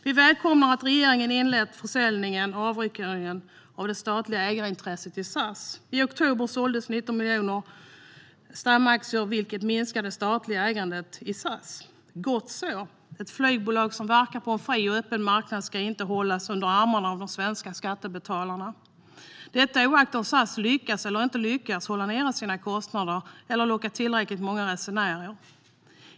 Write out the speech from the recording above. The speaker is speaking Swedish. Vi välkomnar att regeringen inlett försäljningen och avyttringen av det statliga ägarintresset i SAS. I oktober såldes 19 miljoner stamaktier, vilket minskade det statliga ägandet i SAS. Gott så! Ett flygbolag som verkar på en fri och öppen marknad ska inte hållas under armarna av de svenska skattebetalarna, detta oavsett om SAS lyckas eller inte lyckas hålla nere sina kostnader eller locka tillräckligt många resenärer.